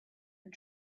and